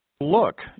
Look